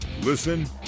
Listen